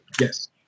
Yes